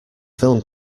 film